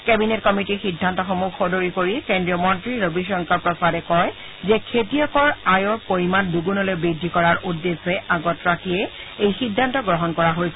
cabinet কমিটীৰ সিদ্ধান্তসমূহ সদৰী কৰি কেন্দ্ৰীয় মন্ত্ৰী ৰবিশংকৰ প্ৰসাদে কয় যে খেতিয়কৰ আয়ৰ পৰিমাণ দুণলৈ বৃদ্ধি কৰাৰ উদ্দেশ্য আগত ৰাখিয়েই এই সিদ্ধান্ত গ্ৰহণ কৰা হৈছে